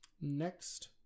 next